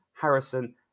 Harrison